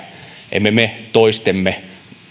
emme me toistemme